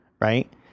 right